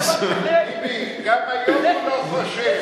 טיבי, גם היום הוא לא חושב.